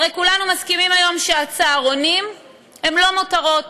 הרי כולנו מסכימים היום שהצהרונים הם לא מותרות,